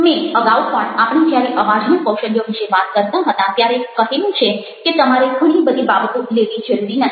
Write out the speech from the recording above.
મેં અગાઉ પણ આપણે જ્યારે અવાજના કૌશલ્યો વિશે વાત કરતા હતા ત્યારે કહેલું છે કે તમારે ઘણી બધી બાબતો લેવી જરૂરી નથી